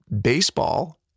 baseball